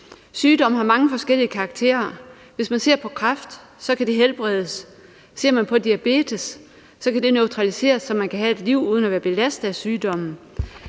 Sygdom har mange forskellige karakterer. Kræft kan helbredes, og diabetes kan neutraliseres, så man kan have et liv uden at være belastet af sygdommen,